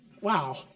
Wow